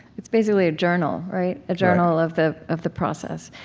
it's basically a journal, right, a journal of the of the process.